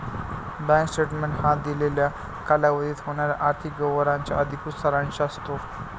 bank statement हा दिलेल्या कालावधीत होणाऱ्या आर्थिक व्यवहारांचा अधिकृत सारांश असतो